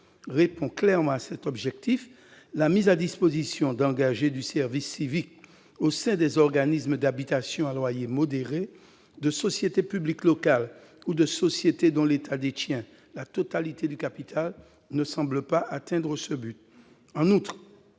répond clairement à cet objectif, la mise à disposition d'engagés du service civique au sein des organismes d'habitation à loyer modéré, de sociétés publiques locales ou de sociétés dont l'État détient la totalité du capital ne semble pas atteindre ce but. En outre,